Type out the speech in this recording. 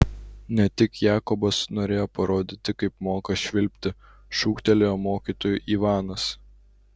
ne tik jakobas norėjo parodyti kaip moka švilpti šūktelėjo mokytojui ivanas